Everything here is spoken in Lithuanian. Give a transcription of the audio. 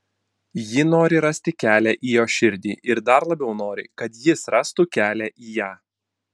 ji nori rasti kelią į jo širdį ir dar labiau nori kad jis rastų kelią į ją